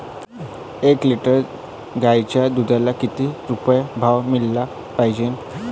एक लिटर गाईच्या दुधाला किती रुपये भाव मिळायले पाहिजे?